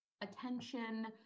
attention